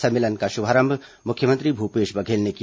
सम्मेलन का शुभारंभ मुख्यमंत्री भूपेश बघेल ने किया